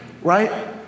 Right